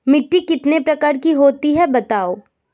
मिट्टी कितने प्रकार की होती हैं बताओ?